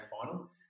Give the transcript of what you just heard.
final